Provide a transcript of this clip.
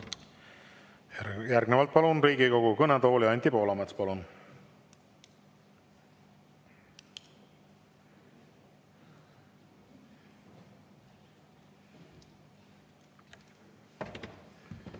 Järgnevalt palun Riigikogu kõnetooli Anti Poolametsa. Palun!